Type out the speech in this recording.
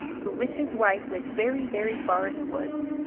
who with his wife lived very, very far in the woods.